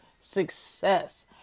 success